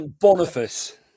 Boniface